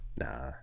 Nah